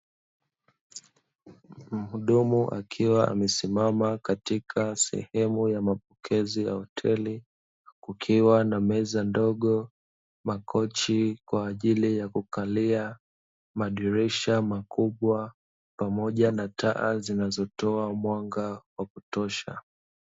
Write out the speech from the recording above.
Mhudumu akiwa amesimama sehemu ya mapokezi ya hoteli, kukiwa na meza ndogo, makochi kwa ajili ya kukalia, madirisha makubwa pamoja na taa zinazotoa mwanga wa kutosha.